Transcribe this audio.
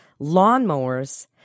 lawnmowers